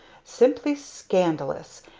simply scandalous!